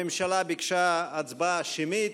הממשלה ביקשה הצבעה שמית.